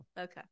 Okay